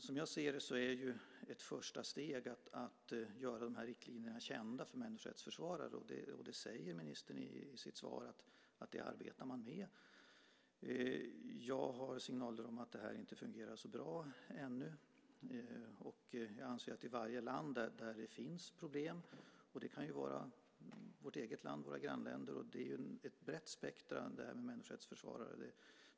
Som jag ser det är ett första steg att göra de här riktlinjerna kända för människorättsförsvarare. Ministern säger i sitt svar att man arbetar med det. Jag har signaler om att det inte fungerar så bra ännu. Jag anser att det handlar om varje land där det finns problem - det kan vara vårt eget land eller våra grannländer. Det är ett brett spektrum av människorättsförsvarare.